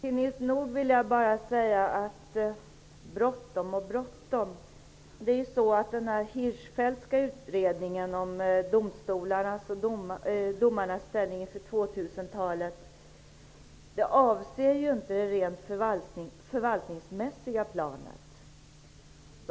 Herr talman! Nils Nordh tycker att vi har bråttom. Den Hirschfeldtska utredningen om domstolarnas och domarnas ställning inför 2000-talet avser ju inte det rent förvaltningsmässiga planet.